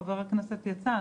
חבר הכנסת יצא,